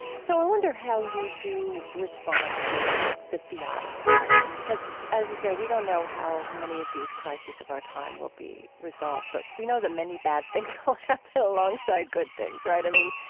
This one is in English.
so i wonder how you do respond to the theodicy question because, as you said, we don't know how many of these crises of our time will be resolved, but we know that many bad things will happen alongside good things. right? i mean,